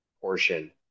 portion